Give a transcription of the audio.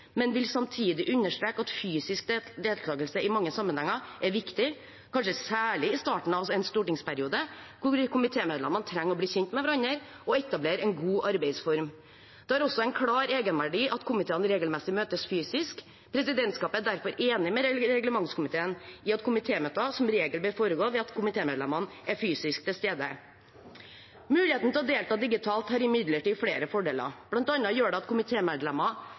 men vil samtidig understreke at fysisk deltakelse i mange sammenhenger er viktig, kanskje særlig i starten av en stortingsperiode, når komitémedlemmene trenger å bli kjent med hverandre og etablere en god arbeidsform. Det har også en klar egenverdi at komiteene regelmessig møtes fysisk. Presidentskapet er derfor enig med reglementskomiteen i at komitémøter som regel bør foregå ved at komitémedlemmene er fysisk til stede. Muligheten til å delta digitalt har imidlertid flere fordeler. Blant annet gjør det at